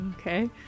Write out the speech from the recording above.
Okay